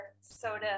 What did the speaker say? soda